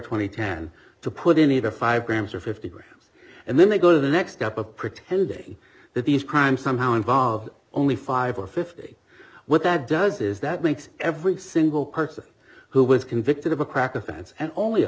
and ten to put in either five grams or fifty grams and then they go to the next step of pretending that these crimes somehow involve only five or fifty what that does is that makes every single person who was convicted of a crack offense and only a